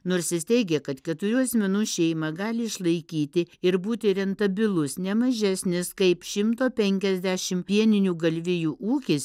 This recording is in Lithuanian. nors jis teigė kad keturių asmenų šeimą gali išlaikyti ir būti rentabilūs ne mažesnis kaip šimto penkiasdešim pieninių galvijų ūkis